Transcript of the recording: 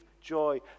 joy